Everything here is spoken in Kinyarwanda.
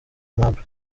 aimable